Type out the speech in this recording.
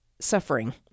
suffering